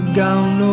gown